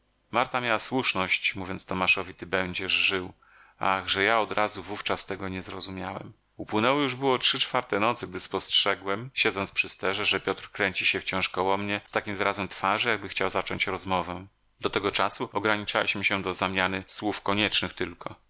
marta miała słuszność mówiąc tomaszowi ty będziesz żył ach że ja odrazu wówczas tego nie zrozumiałem upłynęło już było trzy czwarte nocy gdy spostrzegłem siedząc przy sterze że piotr kręci się wciąż koło mnie z takim wyrazem twarzy jakby chciał zacząć rozmowę do tego czasu ograniczaliśmy się do zamiany słów koniecznych tylko